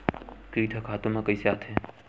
कीट ह खातु म कइसे आथे?